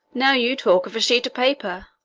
now you talk of a sheet of paper,